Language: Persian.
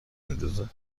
میدوزه